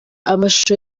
amashusho